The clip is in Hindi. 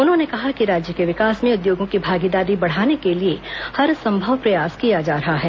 उन्होंने कहा कि राज्य के विकास में उद्योगों की भागीदारी बढ़ाने के लिए हरसंभव प्रयास किया जा रहा है